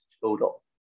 total